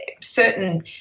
certain